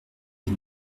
des